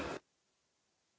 Hvala